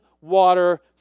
water